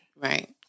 Right